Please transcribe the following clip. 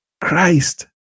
Christ